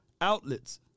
outlets